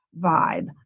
vibe